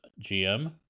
GM